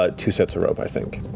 ah two sets of rope, i think.